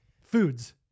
Foods